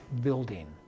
building